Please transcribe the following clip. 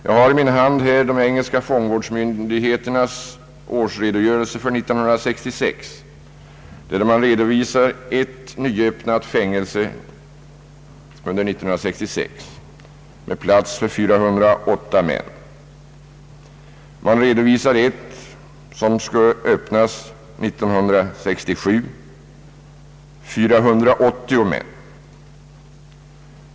Jag har i min hand de engelska fångvårdsmyndigheternas årsredogörelse för 1966, där man redovisar ett under 1966 nyöppnat fängelse med plats för 408 män. Man redovisar ett som skall öppnas 1967 med plats för 480 män.